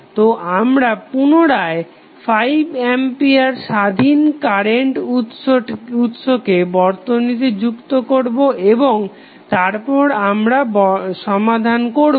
তো আমরা পুনরায় 5 আম্পিয়ার স্বাধীন কারেন্ট উৎসকে বর্তনীতে যুক্ত করবো এবং তারপর আমরা সমাধান করবো